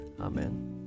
Amen